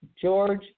George